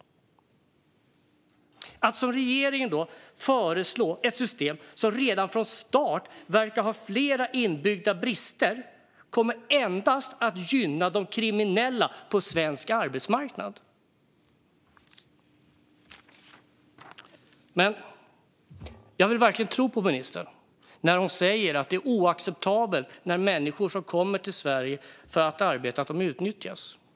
Att, som regeringen gör, föreslå ett system som redan från start verkar ha flera inbyggda brister kommer endast att gynna de kriminella på svensk arbetsmarknad. Jag vill verkligen tro ministern när hon säger att det är oacceptabelt att människor som kommer till Sverige för att arbeta i stället utnyttjas.